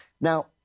now